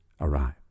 arrive